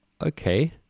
Okay